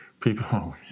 People